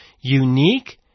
unique